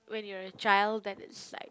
when you are a child that is like